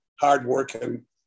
hard-working